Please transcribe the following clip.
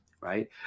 right